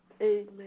amen